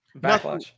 Backlash